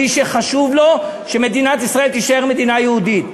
מי שחשוב לו שמדינת ישראל תישאר מדינה יהודית.